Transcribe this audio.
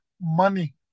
money